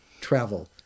travel